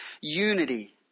unity